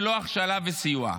ולא הכשלה וסיוע.